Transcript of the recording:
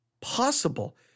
possible